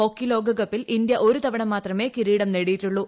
hockey ലോകകപ്പിൽ India ഒരുതവണ മാത്രമേ കിരീടം നേടിയിട്ടുളളൂ